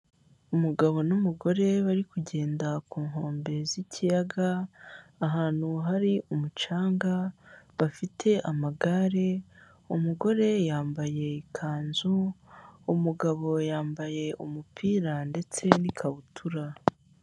Umugabo n'umugore bari kugenda ku nkombe z'ikiyaga ahantu hari umucanga bafite amagare umugore yambaye ikanzu umagabo yambaye umupira ndetse n'ikabutura.